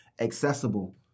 accessible